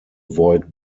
avoid